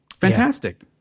Fantastic